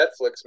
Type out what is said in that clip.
Netflix